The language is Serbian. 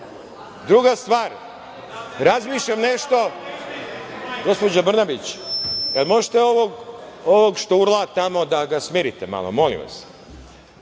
glasa. Druga stvar, razmišljam nešto …Gospođo Branabić, jel možete ovog što urla tamo da ga smirite malo, molim vas.